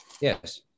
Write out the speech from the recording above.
Yes